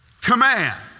command